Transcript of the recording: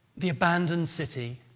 the abandoned city,